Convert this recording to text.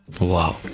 Wow